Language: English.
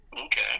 Okay